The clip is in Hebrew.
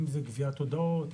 אם זה גביית הודאות,